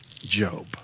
Job